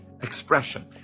expression